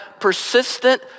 persistent